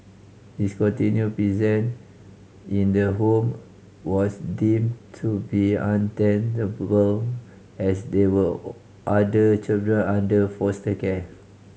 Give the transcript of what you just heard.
his continue present in the home was deem to be untenable as there were other children under foster care